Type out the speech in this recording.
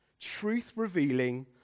truth-revealing